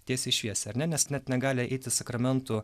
tiesiai šviesiai ar ne nes net negali eiti sakramentų